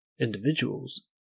individuals